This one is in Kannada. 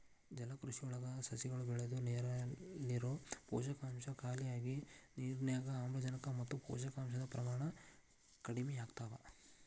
ಜಲಕೃಷಿಯೊಳಗ ಸಸಿಗಳು ಬೆಳದು ನೇರಲ್ಲಿರೋ ಪೋಷಕಾಂಶ ಖಾಲಿಯಾಗಿ ನಿರ್ನ್ಯಾಗ್ ಆಮ್ಲಜನಕ ಮತ್ತ ಪೋಷಕಾಂಶದ ಪ್ರಮಾಣ ಕಡಿಮಿಯಾಗ್ತವ